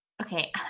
okay